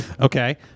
Okay